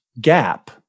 gap